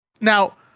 now